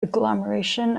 agglomeration